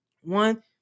One